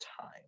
time